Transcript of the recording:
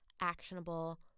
actionable